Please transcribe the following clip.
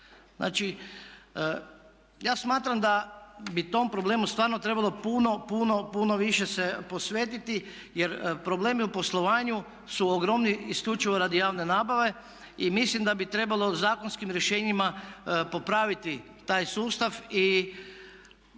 Znači ja smatram da bi tom problemu stvarno trebalo puno, puno više se posvetiti jer problemi u poslovanju su ogromni isključivo radi javne nabave. I mislim da bi trebalo zakonskim rješenjima popraviti taj sustav i